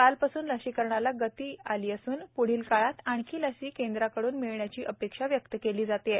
कालपासून लसीकरणाला गती आली असून प्ढील काळात आणखी लसी केंद्राकडून मिळण्याची अपेक्षा व्यक्त केली जात आहे